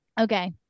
Okay